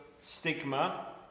stigma